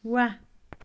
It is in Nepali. वाह